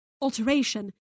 alteration